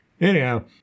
Anyhow